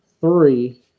three